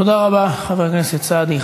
ההצעה להעביר את הנושא לוועדת הכלכלה נתקבלה.